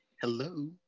hello